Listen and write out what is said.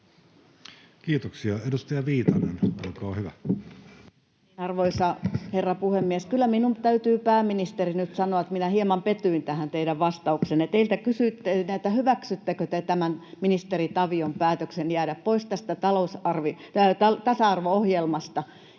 Time: 15:50 Content: Arvoisa herra puhemies! Kyllä minun täytyy, pääministeri, nyt sanoa, että minä hieman petyin tähän teidän vastaukseenne. Teiltä kysyttiin, hyväksyttekö te tämän ministeri Tavion päätöksen jäädä pois tästä tasa-arvo-ohjelmasta,